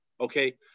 okay